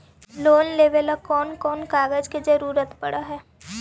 Loan लेबे ल कैन कौन कागज के जरुरत पड़ है?